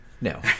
No